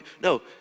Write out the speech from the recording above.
No